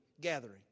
gathering